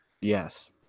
Yes